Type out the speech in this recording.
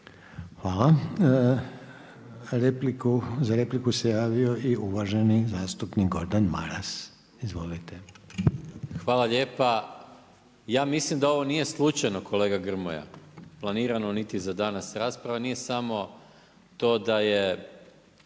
Hvala. Za repliku se javio i uvaženi zastupnik Gordan Maras. Izvolite. **Maras, Gordan (SDP)** Hvala lijepa. Ja mislim da ovo nije slučajno kolega Grmoja planirano niti za danas rasprava, nije samo to da je